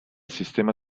sistema